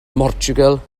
mhortiwgal